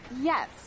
Yes